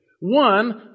One